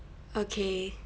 okay